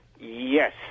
Yes